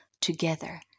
together